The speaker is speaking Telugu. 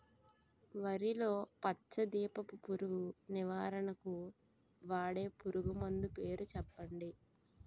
వరిలో పచ్చ దీపపు పురుగు నివారణకు వాడే పురుగుమందు పేరు చెప్పండి?